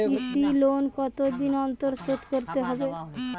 কৃষি লোন কতদিন অন্তর শোধ করতে হবে?